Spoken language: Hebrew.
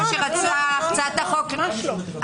ממש לא.